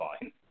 fine